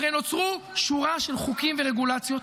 הרי נוצרו שורה של חוקים ורגולציות,